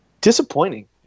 Disappointing